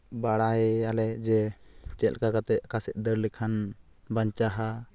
ᱵᱟᱲᱟᱭᱟᱞᱮ ᱡᱮ ᱪᱮᱫ ᱞᱮᱠᱟ ᱠᱟᱛᱮᱫ ᱚᱠᱟ ᱥᱮᱫ ᱫᱟᱹᱲ ᱞᱮᱠᱷᱟᱱ ᱵᱟᱧᱪᱟᱣᱟ